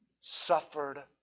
suffered